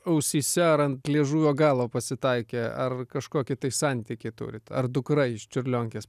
ausyse ar ant liežuvio galo pasitaikė ar kažkokį tai santykį turit ar dukra iš čiurlionkės